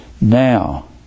Now